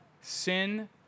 Sin